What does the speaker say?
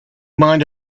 mind